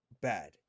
bad